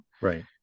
right